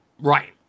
Right